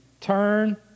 turn